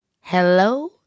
Hello